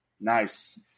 nice